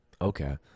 Okay